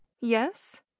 Yes